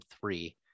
three